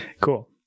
Cool